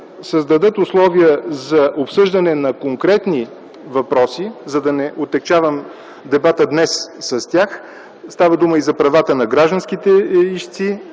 създадат условия за обсъждане на конкретни въпроси – няма да отегчавам дебата днес с тях. Става дума и за правата на гражданските ищци